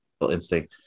instinct